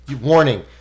warning